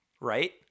right